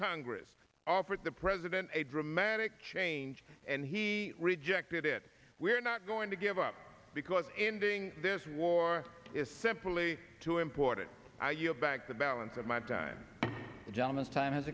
congress offered the president a dramatic change and he rejected it we're not going to give up because ending this war is simply too important a back the balance of my time john the time has